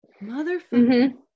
motherfucker